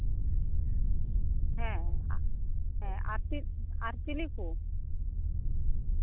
ᱦᱮᱸ ᱦᱮᱸ ᱟᱨ ᱟᱨ ᱪᱤᱞᱤ ᱠᱚ